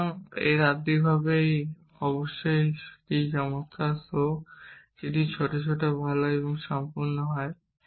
সুতরাং তাত্ত্বিকভাবে অবশ্যই এটি চমৎকার শো যে একটি ছোট সেট ভাল এবং সম্পূর্ণ হয়